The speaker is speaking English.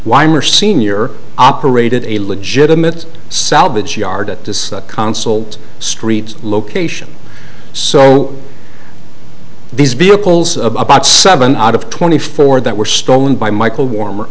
weimer sr operated a legitimate salvage yard at this console streets location so these vehicles of about seven out of twenty four that were stolen by michael warmer